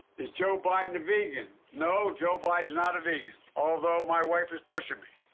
is joe biden a vegan? no, joe biden's not a vegan, although my wife is pushing me.